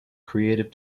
creative